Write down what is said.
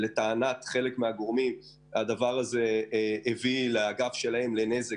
לטענת חלק מהגורמים הדבר הזה גרם לנזק לאגף שלם.